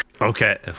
Okay